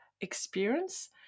experience